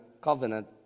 covenant